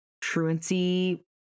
truancy